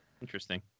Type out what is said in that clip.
Interesting